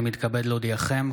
אני מתכבד להודיעכם,